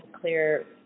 clear